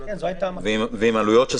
אביטל בגין,